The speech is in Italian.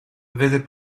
vede